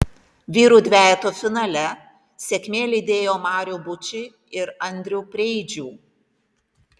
vyrų dvejeto finale sėkmė lydėjo marių bučį ir andrių preidžių